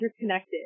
interconnected